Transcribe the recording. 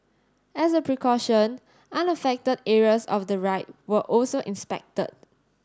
as a precaution unaffected areas of the ride were also inspected